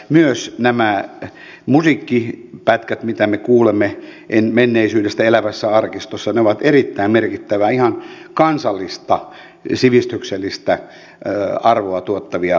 myös nämä musiikkipätkät mitä me kuulemme menneisyydestä elävässä arkistossa ovat erittäin merkittävää ihan kansallista sivistyksellistä arvoa tuottavia asioita